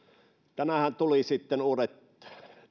tänäänhän tulivat uudet